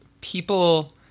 people